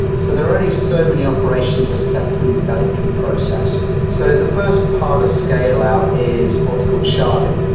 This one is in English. so there are only so many operations a second that it can process. so the first part of scale-out is what's called sharding.